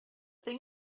thing